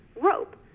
rope